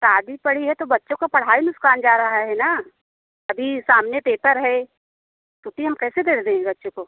शादी पड़ी है तो बच्चों को पढ़ाई नुकसान जा रहा है ना अभी सामने पेपर है छुट्टी हम कैसे दे दें बच्चे को